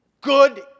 good